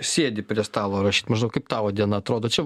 sėdi prie stalo rašyt maždaug kaip tavo diena atrodo čia